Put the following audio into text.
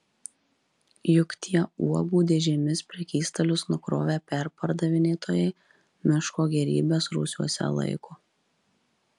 juk tie uogų dėžėmis prekystalius nukrovę perpardavinėtojai miško gėrybes rūsiuose laiko